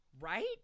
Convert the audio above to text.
Right